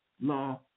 Law